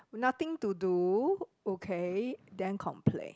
nothing to do okay then complain